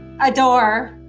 adore